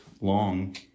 long